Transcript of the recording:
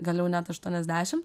gal jau net aštuoniasdešim